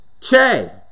Che